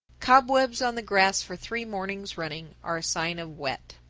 cobwebs on the grass for three mornings running are a sign of wet.